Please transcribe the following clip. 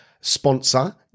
sponsor